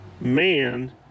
man